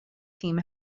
team